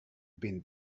been